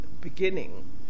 beginning